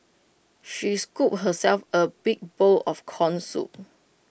she scooped herself A big bowl of Corn Soup